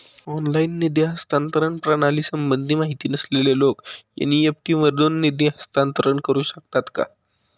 Online निधी हस्तांतरण प्रणालीसंबंधी माहिती नसलेले लोक एन.इ.एफ.टी वरून निधी हस्तांतरण करू शकतात का?